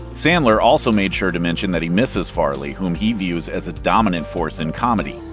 sandler also made sure to mention that he misses farley, whom he views as a dominant force in comedy.